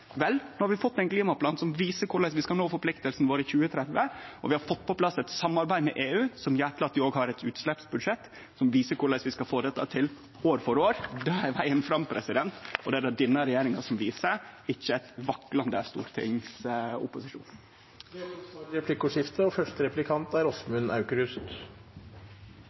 Vel, no har vi fått ein klimaplan som viser korleis vi skal nå forpliktingane våre innan 2030, og vi har fått på plass eit samarbeid med EU som gjer at vi òg har eit utsleppsbudsjett som viser korleis vi skal få dette til år for år. Det er vegen fram, og det er det denne regjeringa som viser, ikkje ein vaklande stortingsopposisjon. Det blir replikkordskifte. Jeg mener det er